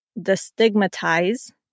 destigmatize